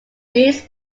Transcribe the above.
beets